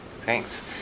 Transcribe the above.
Thanks